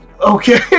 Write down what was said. Okay